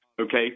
Okay